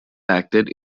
acted